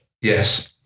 Yes